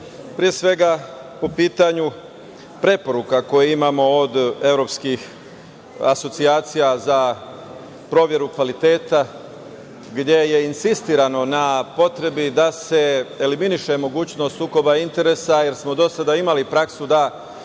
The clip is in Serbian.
pre svega po pitanju preporuka koje imamo od evropskih asocijacija za proveru kvaliteta, gde je insistirano na potrebi da se eliminiše mogućnost sukoba interesa, jer smo do sada imali praksu da